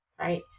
Right